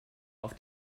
auf